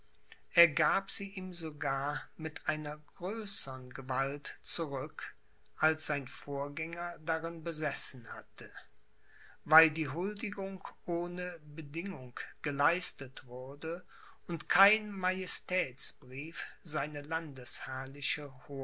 er gab sie ihm sogar mit einer größern gewalt zurück als sein vorgänger darin besessen hatte weil die huldigung ohne bedingung geleistet wurde und kein majestätsbrief seine